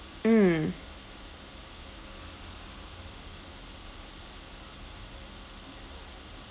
mm